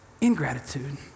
ingratitude